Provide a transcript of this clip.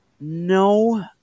No